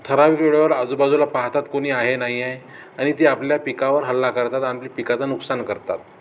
ठराविक वेळेवर आजूबाजूला पाहतात कोणी आहे नाही आहे आणि ती आपल्या पिकावर हल्ला करतात आणि आपली पिकाचं नुकसान करतात